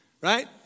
right